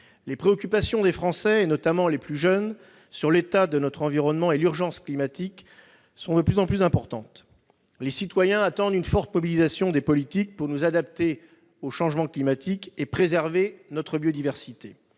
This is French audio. Les préoccupations des Français, notamment des plus jeunes, concernant l'état de notre environnement et l'urgence climatique sont de plus en plus importantes. Les citoyens attendent une forte mobilisation des politiques pour nous adapter au changement climatique et préserver notre biodiversité.